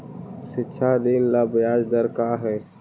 शिक्षा ऋण ला ब्याज दर का हई?